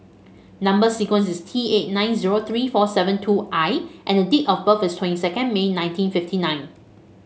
number sequence is T eight nine zero three four seven two I and date of birth is twenty second May nineteen fifty nine